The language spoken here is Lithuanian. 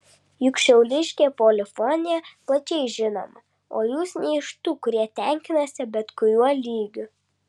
juk šiauliškė polifonija plačiai žinoma o jūs ne iš tų kurie tenkinasi bet kuriuo lygiu